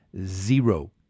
Zero